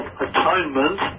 atonement